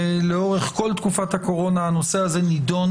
ולאורך כל תקופת הקורונה הנושא הזה נידון